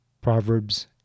Proverbs